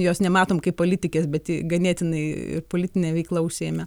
jos nematom kaip politikės bet ji ganėtinai ir politine veikla užsiėmė